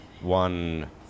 one